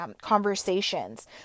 Conversations